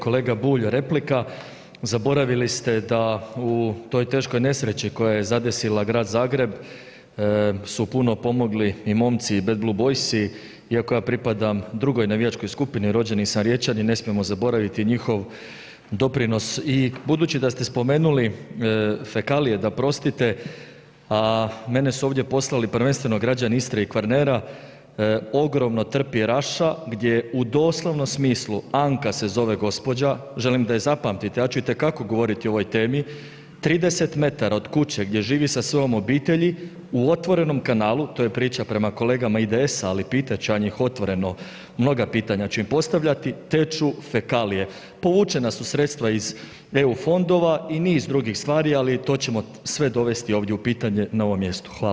Kolega Bulj, replika, zaboravili ste da u toj teškoj nesreći koja je zadesila grad Zagreb su puno pomogli i momci Bad Blue Boysi, iako ja pripadam drugoj navijačkoj skupini, rođeni sam Riječanin, ne smijemo zaboraviti njihov doprinos i budući da ste spomenuli fekalije, da 'prostite, mene su ovdje poslali prvenstveno građani Istre i Kvarnera, ogromno trpi Raša gdje u doslovnom smislu, Anka se zove gđa., želim da je zapamtite, ja ću itekako govoriti o ovoj temi, 30 m od kuće gdje živi sa svojom obitelji u otvorenom kanalu, to je priča prema kolegama IDS-a, ali pitat ću ja njih otvoreno, mnoga pitanja ću im postavljati teču fekalije, povučena su sredstva iz EU fonda i niz drugih stvari, ali to ćemo sve dovesti ovdje u pitanje na ovom mjestu.